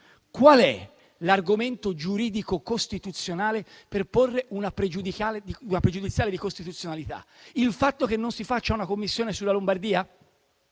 qual è l'argomento giuridico costituzionale per porre una pregiudiziale di costituzionalità? Il fatto che non si faccia una Commissione sulla Lombardia?